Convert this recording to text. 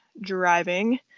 driving